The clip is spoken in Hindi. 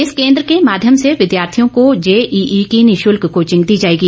इस केन्द्र के माध्यम से विद्यार्थियों को जेईई की निशुल्क कोचिंग दी जाएगी